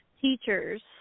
teachers